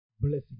blessing